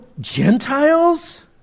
Gentiles